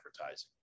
advertising